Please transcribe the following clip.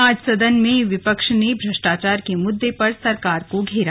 आज सदन में विपक्ष ने भ्रष्टाचार के मुद्दे पर सरकार को घेरा